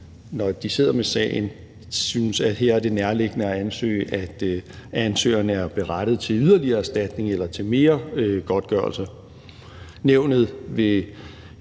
når de sidder med sagen og synes, at det her er nærliggende, at ansøgeren er berettiget til yderligere erstatning eller til mere godtgørelse. Nævnet vil